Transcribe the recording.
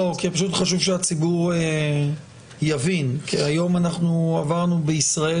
חשוב שהציבור יבין כי הרי היום עברנו בישראל